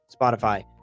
Spotify